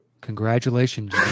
Congratulations